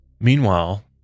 Meanwhile